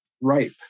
ripe